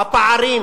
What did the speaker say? הפערים